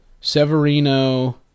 Severino